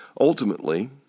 Ultimately